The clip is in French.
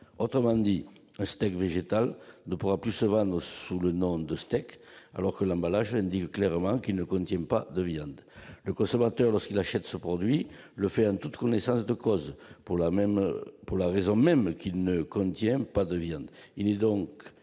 Autrement dit, un steak végétal ne pourra plus se vendre sous le nom de « steak », alors que l'emballage indique clairement qu'il ne contient pas de viande. Le consommateur, lorsqu'il achète ce produit, le fait en toute connaissance de cause, et pour la bonne raison qu'il ne contient pas de viande. Il n'est donc